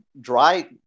dry